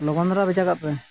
ᱞᱚᱜᱚᱱ ᱫᱷᱟᱨᱟ ᱵᱷᱮᱡᱟ ᱠᱟᱜ ᱯᱮ